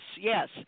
yes